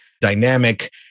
dynamic